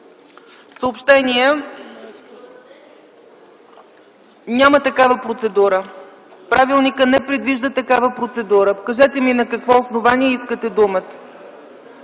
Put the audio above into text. думата.) Няма такава процедура. Правилникът не предвижда такава процедура. Кажете ми на какво основание искате думата.